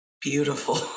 beautiful